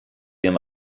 ihrem